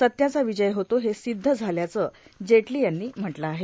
सत्याचा विजय होतो हे सिद्ध झाल्याचं जेटली यांनी म्हटलं आहे